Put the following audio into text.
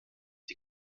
die